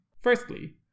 Firstly